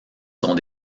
sont